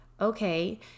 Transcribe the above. okay